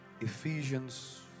Ephesians